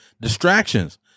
distractions